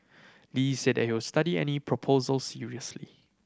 Lee said that he would study any proposal seriously